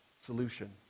solution